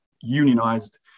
unionized